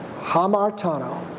hamartano